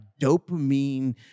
dopamine